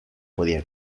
podía